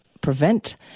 prevent